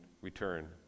return